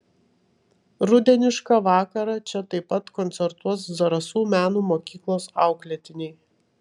rudenišką vakarą čia taip pat koncertuos zarasų meno mokyklos auklėtiniai